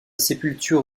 sépulture